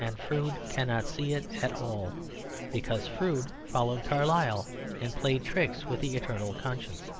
and froude cannot see it at all because froude followed carlyle and played tricks with the eternal conscience.